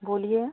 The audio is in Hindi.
बोलिए